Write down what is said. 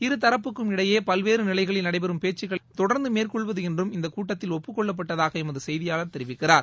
இருதூப்புக்கும் இடையே பல்வேறு நிகைளில் நடைபெறும் பேச்சுக்களை தொடர்ந்து மேற்கொள்வது என்றும் இக்கூட்டத்தில் ஒப்புக் கொள்ளப்பட்டதாக எமது செய்தியாளர் தெரிவிக்கிறார்